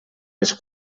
les